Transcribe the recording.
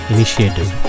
Initiative